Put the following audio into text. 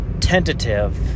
tentative